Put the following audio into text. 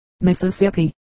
Mississippi